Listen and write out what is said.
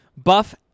Buff